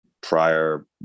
Prior